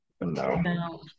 No